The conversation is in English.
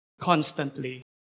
constantly